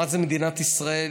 מה זה מדינת ישראל,